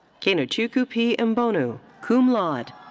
kenechukwu p. and mbonu, cum laude.